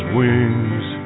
wings